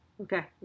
Okay